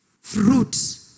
fruit